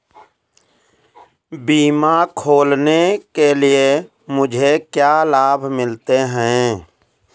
बीमा खोलने के लिए मुझे क्या लाभ मिलते हैं?